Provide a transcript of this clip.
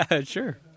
Sure